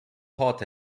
hot